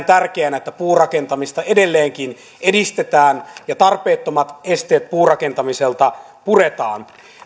tärkeänä että puurakentamista edelleenkin edistetään ja tarpeettomat esteet puurakentamiselta puretaan